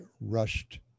rushed